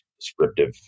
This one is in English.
descriptive